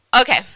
okay